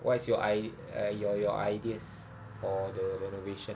what is your i~ uh your your ideas for the renovation